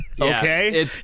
Okay